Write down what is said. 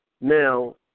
Now